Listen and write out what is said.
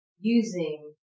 using